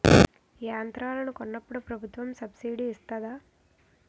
యంత్రాలను కొన్నప్పుడు ప్రభుత్వం సబ్ స్సిడీ ఇస్తాధా?